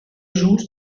joues